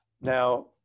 now